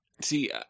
See